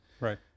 right